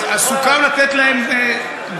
אז סוכם לתת להם גלולה,